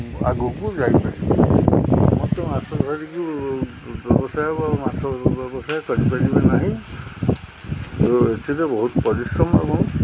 ଆଗକୁ ଯାଇ ମୋତେ ମାଛ ଧରିକି ବ୍ୟବସାୟ ବା ମାଛ ବ୍ୟବସାୟ କରିପାରିବେ ନାହିଁ ଏଥିରେ ବହୁତ ପରିଶ୍ରମ ଏବଂ